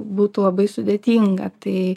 būtų labai sudėtinga tai